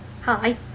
hi